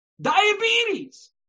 diabetes